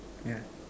ya